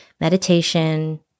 meditation